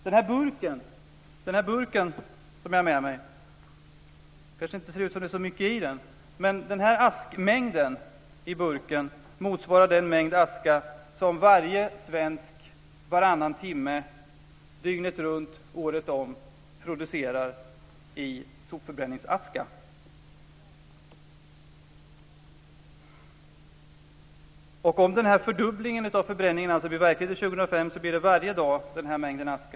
Det kanske inte ser ut som det är så mycket i den burk som jag har med mig och visar här, men den innehåller den askmängd som motsvarar den mängd aska som varje svensk varannan timme, dygnet runt, året om producerar genom sopförbränning. Om en fördubbling av förbränningen blir verklighet till 2005 så blir det denna mängd aska varje dag.